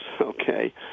okay